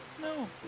no